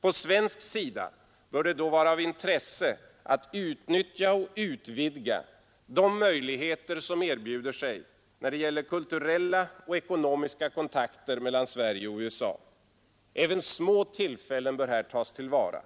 På svensk sida bör det då vara av intresse att utnyttja och utvidga de möjligheter som erbjuder sig när det gäller kulturella och ekonomiska kontakter mellan Sverige och USA. Även små tillfällen bör tas till vara.